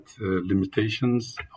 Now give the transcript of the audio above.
limitations